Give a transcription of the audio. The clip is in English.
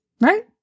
Right